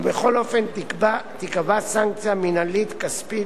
ובכל אופן תיקבע סנקציה מינהלית כספית